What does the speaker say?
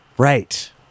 Right